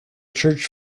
church